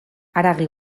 haragi